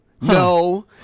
No